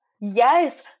Yes